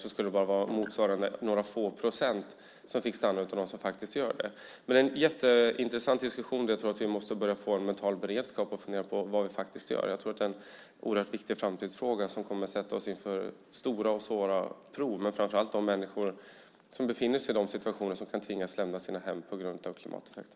Då skulle det bara vara några få procent som fick stanna av den som faktiskt gör det. Det är en jätteintressant diskussion. Jag tror att vi måste börja få en mental beredskap och fundera på vad vi gör. Det är en oerhört viktig framtidsfråga som kommer att ställa oss inför stora och svåra prov. Framför allt handlar det om de människor som befinner sig i situationer som gör att de kan tvingas lämna sina hem på grund av klimateffekter.